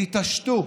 תתעשתו.